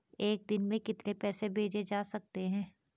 एक दिन में कितने पैसे भेजे जा सकते हैं?